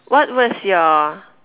what was your